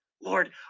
Lord